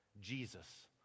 Jesus